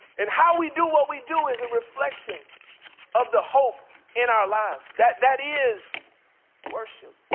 and how we do what we do is a reflection of the hope in our lives. that that is worship.